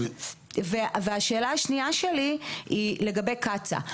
השאלה השנייה שלי היא לגבי קצא"א.